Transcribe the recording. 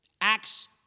acts